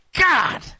god